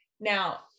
Now